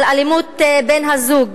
על אלימות בן-הזוג,